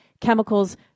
chemicals